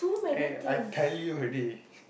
eh I tell you already